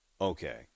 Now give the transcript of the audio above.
Okay